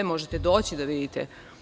Možete doći da vidite.